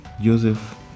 Joseph